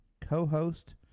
co-host